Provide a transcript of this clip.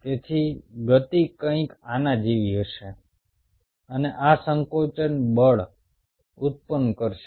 તેથી ગતિ કંઈક આના જેવી હશે અને આ સંકોચન બળ ઉત્પન્ન કરશે